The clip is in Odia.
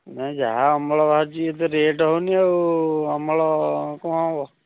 ନାଇଁ ଯାହା ଅମଳ ବାହାରୁଛି ଏତ ରେଟ୍ ହେଉନି ଆଉ ଅମଳ କ'ଣ ହେବ